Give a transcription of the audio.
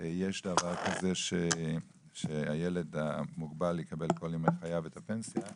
דבר כזה שהילד המוגבל יקבל כל ימי חייו את הפנסיה.